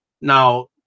Now